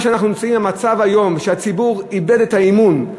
אנחנו היום נמצאים במצב שהציבור איבד את האמון,